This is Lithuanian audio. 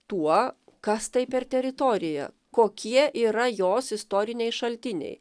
tuo kas tai per teritorija kokie yra jos istoriniai šaltiniai